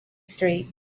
street